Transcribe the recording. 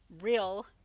real